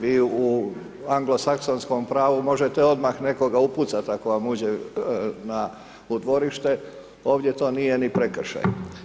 Vi u Anglosaksonskom pravu možete odmah nekoga upucati ako vam uđe u dvorište, ovdje to nije ni prekršaj.